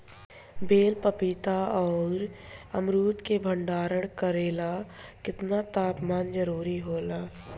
बेल पपीता और अमरुद के भंडारण करेला केतना तापमान जरुरी होला?